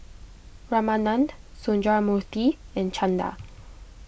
Ramanand Sundramoorthy and Chanda